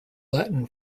latin